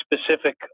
specific